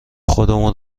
خودمون